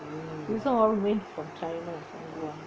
this [one] all made from china